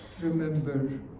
remember